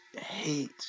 hate